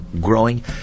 growing